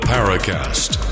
Paracast